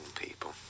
people